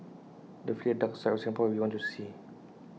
definitely A dark side of Singapore we want to see